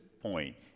point